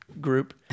group